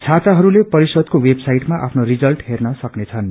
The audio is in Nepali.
छात्रहरूले परिषदको वेबसाइटमा आफ्नो रिजल्ट हेर्न सक्नेछन्